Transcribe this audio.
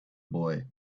boy